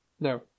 No